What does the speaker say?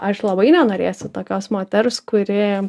aš labai nenorėsiu tokios moters kuri